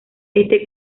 este